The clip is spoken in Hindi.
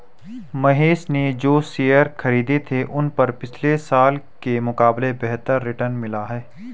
महेश ने जो शेयर खरीदे थे उन पर पिछले साल के मुकाबले बेहतर रिटर्न मिला है